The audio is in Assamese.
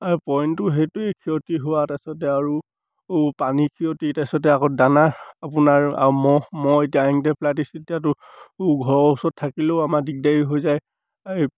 আৰু পইণ্টটো সেইটোৱে ক্ষতি হোৱা তাৰপিছতে আৰু পানী ক্ষতি তাৰপিছতে আকৌ দানা আপোনাৰ আৰু মহ মহ এতিয়া এনকেফ্লাইটিছিল তেতিয়াতো ঘৰৰ ওচৰত থাকিলেও আমাৰ দিগদাৰি হৈ যায়